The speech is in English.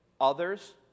Others